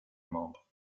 membres